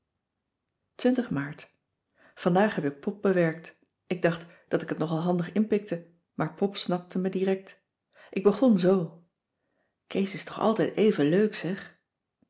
maart vandaag heb ik pop bewerkt ik dacht dat ik het nogal handig inpikte maar pop snapte me direct ik begon zoo kees is toch altijd even leuk zeg